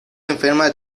enferma